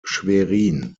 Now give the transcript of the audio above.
schwerin